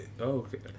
Okay